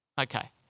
Okay